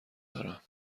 دارم